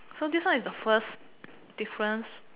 so this one is the first difference